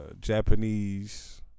Japanese